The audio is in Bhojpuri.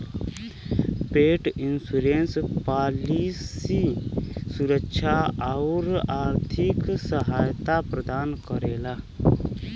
पेट इनश्योरेंस पॉलिसी सुरक्षा आउर आर्थिक सहायता प्रदान करेला